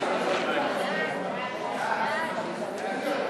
חובת המכרזים (תיקון,